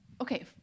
okay